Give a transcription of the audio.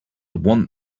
want